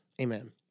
amen